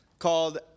called